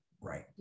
right